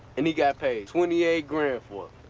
and he got paid twenty eight grand for